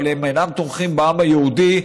אבל הם אינם תומכים בעם היהודי.